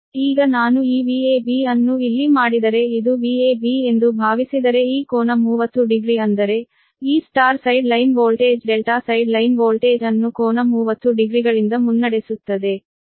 ಈಗ ನಾನು ಈ VAB ಅನ್ನು ಇಲ್ಲಿ ಮಾಡಿದರೆ ಇದು VAB ಎಂದು ಭಾವಿಸಿದರೆ ಈ ಕೋನ 30 ಡಿಗ್ರಿ ಅಂದರೆ ಈ star side line voltage delta side line voltage ಅನ್ನು ಕೋನ 30 ಡಿಗ್ರಿಗಳಿಂದ ಮುನ್ನಡೆಸುತ್ತದೆ